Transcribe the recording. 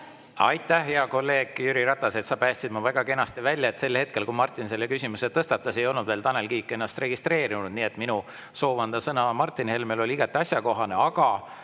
Aitäh, hea kolleeg Jüri Ratas! Sa päästsid mu väga kenasti välja. Sel hetkel, kui Martin selle küsimuse tõstatas, ei olnud veel Tanel Kiik ennast registreerinud. Minu soov anda sõna Martin Helmele oli igati asjakohane, aga